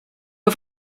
auf